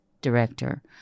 director